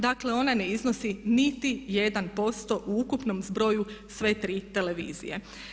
Dakle, ona ne iznosi niti 1% u ukupnom zbroju sve tri televizije.